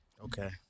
Okay